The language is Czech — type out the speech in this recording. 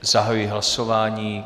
Zahajuji hlasování.